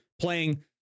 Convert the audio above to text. playing